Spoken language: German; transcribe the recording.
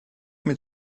mit